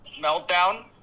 meltdown